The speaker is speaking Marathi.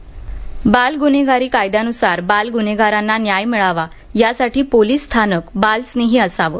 बाल गुन्हेगारी बाल गुन्हेगारी कायद्या नुसार बाल गुन्हेगारांना न्याय मिळावा यासाठी पोलीस स्थानक बाल स्नेही असावं